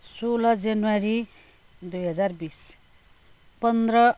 सोह्र जनवरी दुई हजार बिस पन्ध्र